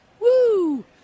Woo